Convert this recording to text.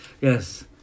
yes